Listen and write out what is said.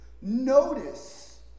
Notice